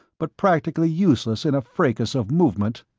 but practically useless in a fracas of movement.